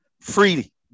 free